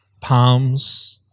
palms